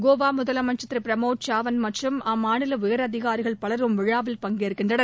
கோவா முதலமைச்சர் திரு பிரமோத் சாவந்த் மற்றும் அம்மாநில உயர் அதிகாரிகள் பலரும் விழாவில் பங்கேற்கின்றனர்